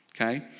Okay